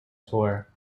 tour